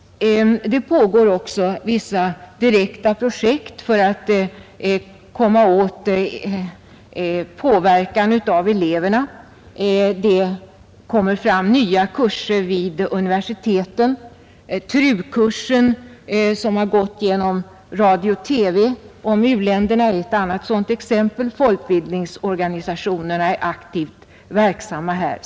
Det pågår också vissa direkta projekt för att komma åt påverkan av eleverna. Det kommer fram nya kurser vid universiteten. TRU-kursen om u-länder, som har gått i radio och TV, är ett annat sådant exempel. Folkbildningsorganisationerna är aktivt verksamma här.